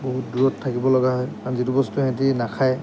বহুত দূৰত থাকিব লগা হয় কাৰণ যিটো বস্তু সিহঁতি নাখায়